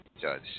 Judge